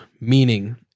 Meaning